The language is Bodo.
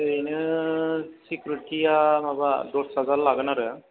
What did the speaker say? ओरैनो सेकुरितिया माबा दस हाजार लागोन आरो